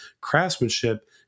craftsmanship